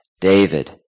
David